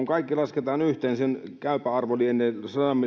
kaikki lasketaan yhteen sen käypä arvo lienee